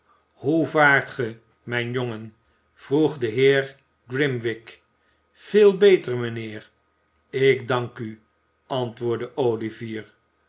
hoe vaaut ge mijn jongen vroeg de heer grimwig veel beter mijnheer ik dank u antwoordde olivier